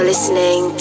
Listening